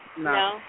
no